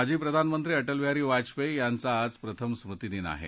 माजी प्रधानमंत्री अटलबिहारी वाजपेयी यांचा आज प्रथम स्मृतीदिन आहे